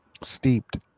steeped